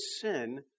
sin